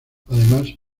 además